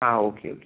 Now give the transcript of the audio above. ആ okay okay